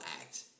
act